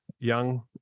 Young